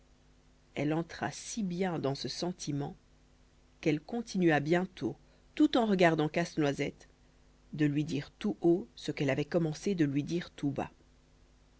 elle entra si bien dans ce sentiment qu'elle continua bientôt tout en regardant casse-noisette de lui dire tout haut ce qu'elle avait commencé de lui dire tout bas